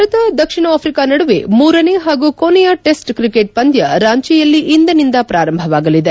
ಭಾರತ ದಕ್ಷಿಣ ಆಫ್ರಿಕಾ ನಡುವೆ ಮೂರನೇ ಪಾಗೂ ಕೊನೆಯ ಟೆಸ್ಟ್ ಕ್ರಿಕೆಟ್ ಪಂದ್ಯ ರಾಂಚಿಯಲ್ಲಿ ಇಂದಿನಿಂದ ಪ್ರಾರಂಭವಾಗಲಿದೆ